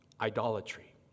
idolatry